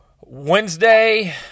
Wednesday